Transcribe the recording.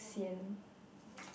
sian